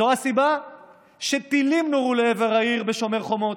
זו הסיבה שטילים נורו לעבר העיר בשומר החומות,